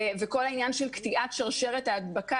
וכל העניין של קטיעת שרשרת ההדבקה,